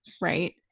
right